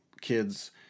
kids